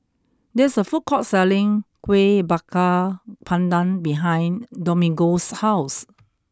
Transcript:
there is a food court selling Kueh Bakar Pandan behind Domingo's house